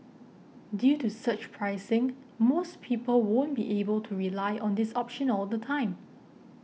due to surge pricing most people won't be able to rely on this option all the time